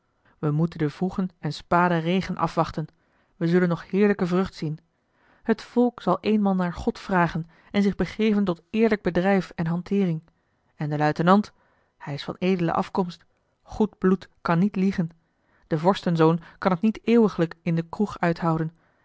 wij moeten den vroegen en spaden regen afwachten wij zullen nog heerlijke vrucht zien het volk zal eenmaal naar god vragen en zich begeven tot eerlijk bedrijf en hanteering en de luitenant hij is van edele afkomst goed bloed kan niet liegen de vorstenzoon kan het niet eeuwiglijk in de kroeg uithouden